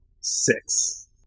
Six